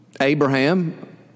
Abraham